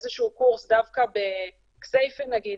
איזה שהוא קורס דווקא בכסייפה נגיד,